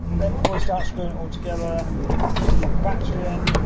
then, before you start screwing it all together, pop a battery in.